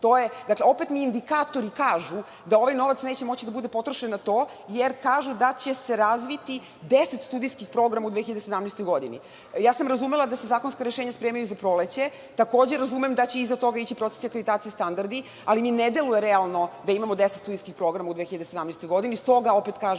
dakle, opet indikatori kažu da ovaj novac neće moći da bude potrošen na to, jer kažu da će se razviti deset studijskih programa u 2017. godini. Razumela sam da se zakonska rešenja spremaju za proleće, takođe razumem da će iza toga ići proces akreditacije i standardi, ali mi ne deluje realno da imamo 10 studijskih programa u 2017. godini. S toga, opet kažem,